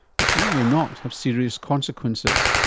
which may or may not have serious consequences.